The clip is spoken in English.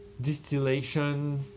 Distillation